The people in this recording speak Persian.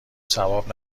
ثواب